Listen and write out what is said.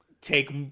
take